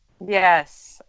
Yes